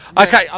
Okay